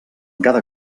cada